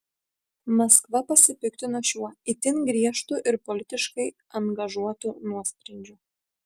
maskva pasipiktino šiuo itin griežtu ir politiškai angažuotu nuosprendžiu